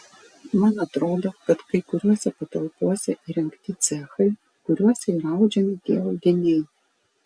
man atrodo kad kai kuriose patalpose įrengti cechai kuriuose ir audžiami tie audiniai